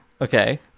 Okay